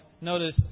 notice